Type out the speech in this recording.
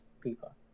people